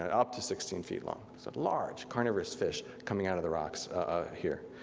up to sixteen feet long. so large carnivorous fish coming out of the rocks here.